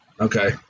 Okay